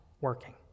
working